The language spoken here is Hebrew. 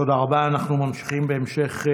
חיים ביטון, משה ארבל,